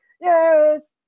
yes